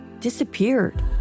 disappeared